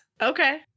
Okay